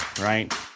right